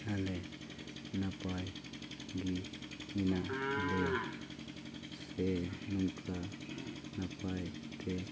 ᱟᱞᱮ ᱱᱟᱯᱟᱭ ᱜᱮ ᱢᱮᱱᱟᱜ ᱞᱮᱭᱟ ᱥᱮ ᱱᱚᱝᱠᱟ ᱱᱟᱯᱟᱭᱛᱮ